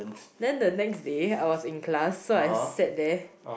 then the next day I was in class so I sat there